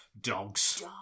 Dogs